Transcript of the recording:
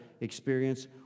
experience